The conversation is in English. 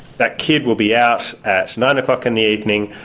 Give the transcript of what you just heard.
that kid will be out at nine o'clock in the evening,